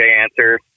answer